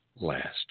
last